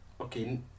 okay